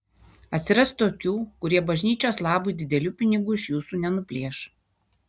atsiras tokių kurie bažnyčios labui didelių pinigų iš jūsų nenuplėš